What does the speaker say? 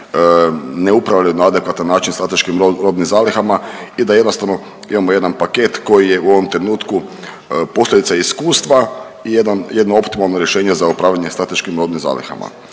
ne upravljaju na adekvatan način strateškim robnim zalihama i da jednostavno imamo jedan paket koji je u ovom trenutku posljedica iskustva i jedno optimalno rješenje za upravljanje strateškim robnim zalihama.